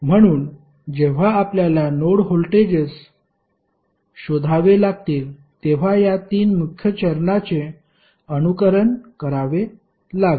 म्हणून जेव्हा आपल्याला नोड व्होल्टेजेस शोधावे लागतील तेव्हा या तीन मुख्य चरणाचे अनुकरण करावे लागेल